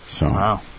Wow